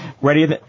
Ready